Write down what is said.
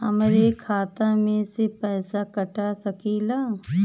हमरे खाता में से पैसा कटा सकी ला?